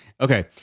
okay